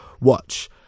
watch